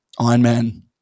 ironman